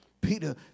Peter